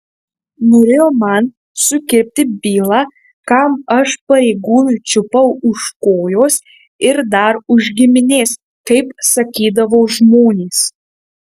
norėjo man sukirpti bylą kam aš pareigūnui čiupau už kojos ir dar už giminės kaip sakydavo žmonės